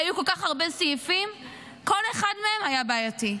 היו כל כך הרבה סעיפים, כל אחד מהם היה בעייתי.